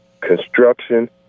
construction